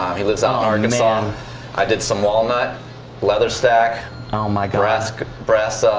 um he lives ah are nuts. um i did some walnut leather stack my garage esque breasts.